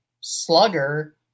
slugger